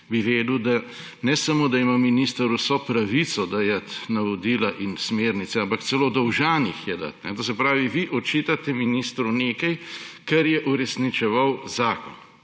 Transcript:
bi vedel, da ne samo da ima minister vso pravico dajati navodila in smernice, ampak celo dolžan jih je dati. To se pravi, da vi očitate ministru nekaj, ker je uresničeval zakon.